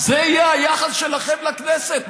זה יהיה היחס שלכם לכנסת?